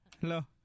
Hello